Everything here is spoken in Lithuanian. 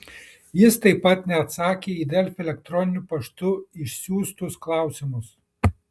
jis taip pat neatsakė į delfi elektroniniu paštu išsiųstus klausimus